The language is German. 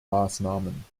maßnahmen